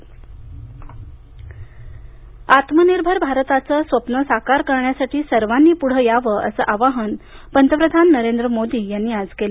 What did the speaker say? मोदी आत्मनिर्भर भारताचं स्वप्न साकार करण्यासाठी सर्वांनी पुढे यावं असं आवाहन पंतप्रधान नरेंद्र मोदी यांनी आज केलं